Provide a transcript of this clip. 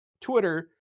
Twitter